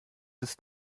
des